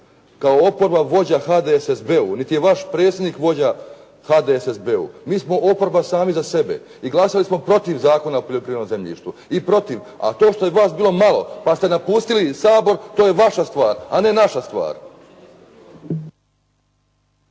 kao oporba vođa HDSSB-u niti je vaš predsjednik vođa HDSSB-u. Mi smo oporba sami za sebe i glasali smo protiv Zakona o poljoprivrednom zemljištu i protiv, a to što je vas bilo malo pa ste napustili Sabor to je vaša stvar, a ne naša stvar.